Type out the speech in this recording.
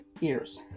ears